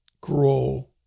grow